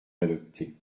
d’adopter